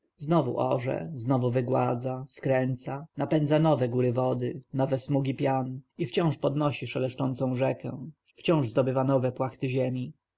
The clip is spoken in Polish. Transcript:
orze znowu wygładza skręca napędza nowe góry wody nowe smugi pian i wciąż podnosi szeleszczącą rzekę wciąż zdobywa nowe płaty ziemi